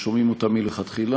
כששומעים אותה מלכתחילה.